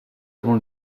avons